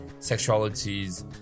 sexualities